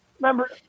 Remember